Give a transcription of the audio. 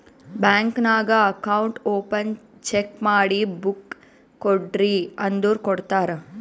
bank ನಾಗ್ account open check ಮಾಡಿ book ಕೊಡ್ರಿ ಅಂದುರ್ ಕೊಡ್ತಾರ್